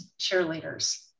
cheerleaders